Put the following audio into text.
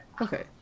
Okay